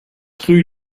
rue